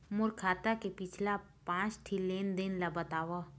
मोर खाता के पिछला पांच ठी लेन देन ला बताव?